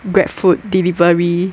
Grabfood delivery